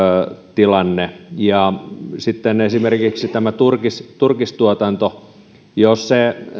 tilanne sitten esimerkiksi jos tämä turkistuotanto